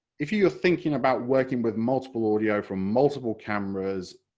if you are thinking about working with multiple audio from multiple cameras,